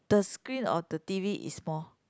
the screen of the T_V is small